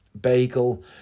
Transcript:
bagel